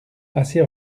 assez